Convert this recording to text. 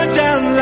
down